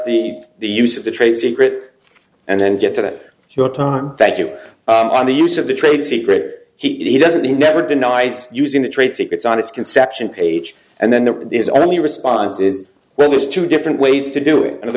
the the use of the trade secret and then get to that the time thank you on the use of the trade secret he doesn't he never denies using the trade secrets on his conception page and then there is only response is well there's two different ways to do it and ther